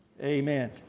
amen